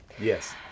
Yes